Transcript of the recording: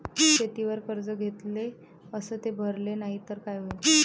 शेतीवर कर्ज घेतले अस ते भरले नाही तर काय होईन?